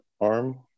arm